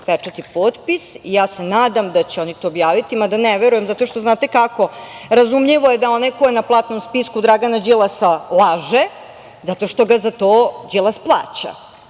pečat i potpis. Nadam se da će oni to objaviti, mada ne verujem. Znate kako, razumljivo je da je onaj ko je na platnom spisku Dragana Đilasa laže zato što ga za to Đilas plaća.